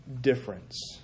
difference